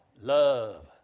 love